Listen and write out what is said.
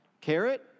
carrot